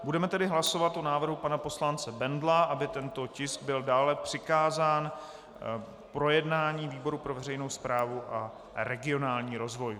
Budeme tedy hlasovat o návrhu pana poslance Bendla, aby tento tisk byl dále přikázán k projednání výboru pro veřejnou správu a regionální rozvoj.